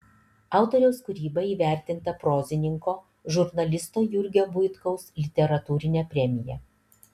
autoriaus kūryba įvertinta prozininko žurnalisto jurgio buitkaus literatūrine premija